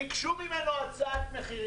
ביקשו ממנו הצעת מחיר,